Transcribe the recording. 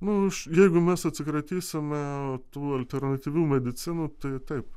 nu iš jeigu mes atsikratysime tų alternatyvių medicinų tai taip